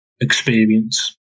experience